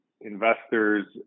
investors